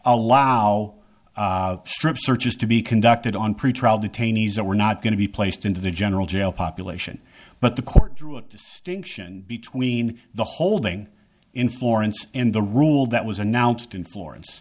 allow strip searches to be conducted on pretrial detainees that were not going to be placed into the general jail population but the court distinction between the holding in florence and the rule that was announced in florence